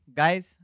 guys